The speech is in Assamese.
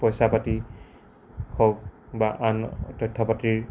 পইচা পাতি হওক বা আন তথ্য পাতিৰ